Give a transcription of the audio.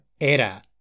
era